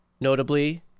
notably